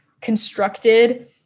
constructed